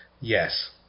yes